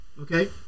okay